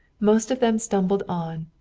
most of them stumbled on,